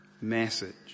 Message